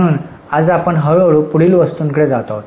म्हणून आज आपण हळू हळू पुढील वस्तूंकडे जात आहोत